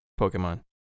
Pokemon